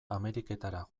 ameriketara